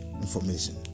information